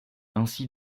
ainsi